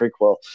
prequel